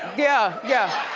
yeah. yeah,